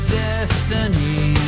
destiny